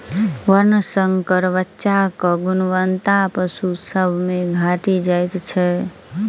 वर्णशंकर बच्चाक गुणवत्ता पशु सभ मे घटि जाइत छै